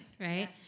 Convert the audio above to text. right